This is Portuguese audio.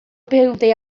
perguntei